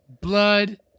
blood